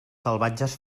salvatges